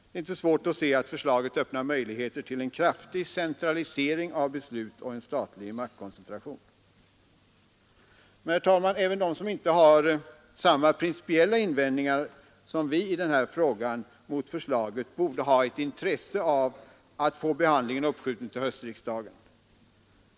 Det är inte svårt att se att förslaget öppnar möjligheter till en kraftig centralisering av beslut och en statlig maktkoncentration. Herr talman! Även de som inte har samma principiella invändningar som vi mot propositionens förslag borde ha intresse av att få behandlingen uppskjuten till höstriksdagen.